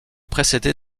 précédé